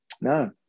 No